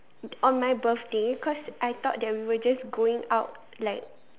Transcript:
on my birthday cause I thought that we were just going out like